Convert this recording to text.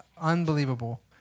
unbelievable